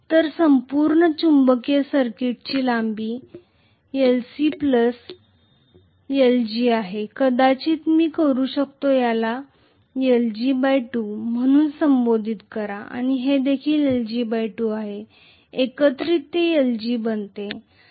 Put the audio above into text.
तर संपूर्ण चुंबकीय सर्किटची लांबी lclg आहे कदाचित मी करू शकतो याला lg2 म्हणून संबोधित करा आणि हे देखील आहे एकत्र ते lg2 बनते